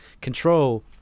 control